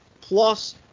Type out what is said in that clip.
plus